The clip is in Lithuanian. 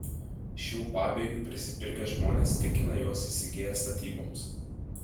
šių pabėgių prisipirkę žmonės tikina juos įsigiję statyboms